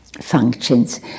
functions